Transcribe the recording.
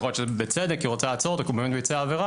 יכול להיות שבצדק היא רוצה לעצור אותו כי הוא באמת ביצע עבירה,